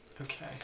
Okay